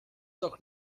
doch